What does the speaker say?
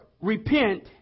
repent